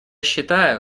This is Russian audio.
считаю